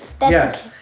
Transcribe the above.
Yes